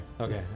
Okay